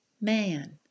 man